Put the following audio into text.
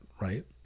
right